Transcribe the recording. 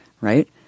right